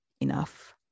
enough